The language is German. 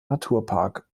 naturpark